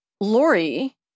Lori